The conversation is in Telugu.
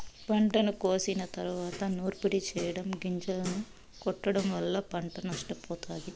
పంటను కోసిన తరువాత నూర్పిడి చెయ్యటం, గొంజలను కొట్టడం వల్ల పంట నష్టపోతారు